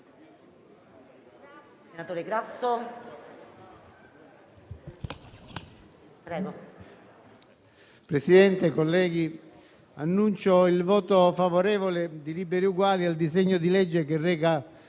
Presidente, colleghi, annuncio il voto favorevole di Liberi e Uguali al disegno di legge che reca